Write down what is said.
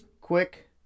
quick